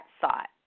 thought